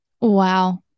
Wow